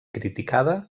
criticada